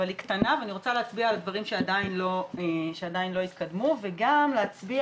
אבל היא קטנה ואני רוצה להצביע על דברים שעדיין לא התקדמו וגם להצביע